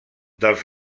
dels